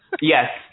Yes